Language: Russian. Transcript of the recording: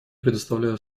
предоставляю